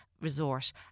Resort